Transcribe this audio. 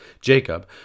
Jacob